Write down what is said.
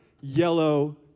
yellow